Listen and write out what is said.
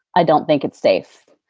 i don't think it's safe.